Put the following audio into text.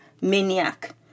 maniac